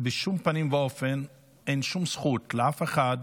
בשום פנים ואופן אין שום זכות לאף אחד,